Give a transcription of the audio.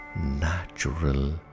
natural